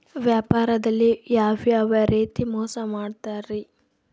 ವ್ಯಾಪಾರದಲ್ಲಿ ಯಾವ್ಯಾವ ರೇತಿ ಮೋಸ ಮಾಡ್ತಾರ್ರಿ?